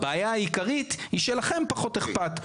הבעיה העיקרית היא שלכם פחות אכפת,